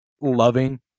loving